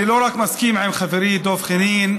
אני לא רק מסכים עם חברי דב חנין,